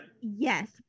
Yes